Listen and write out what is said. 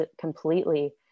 completely